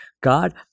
God